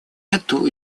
эту